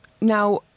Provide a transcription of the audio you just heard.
Now